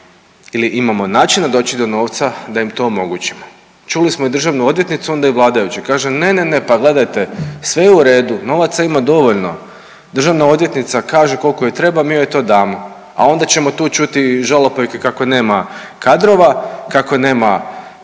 ili imamo načina doći do novca da im to omogućimo. Čuli smo i državnu odvjetnicu onda i vladajuće, kaže ne, ne, ne, pa gledajte sve je u redu, novaca ima dovoljno. Državna odvjetnica kaže koliko joj treba mi joj to damo, a onda ćemo tu ćuti žalopojke kako nema kadrova, kako nema